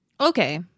Okay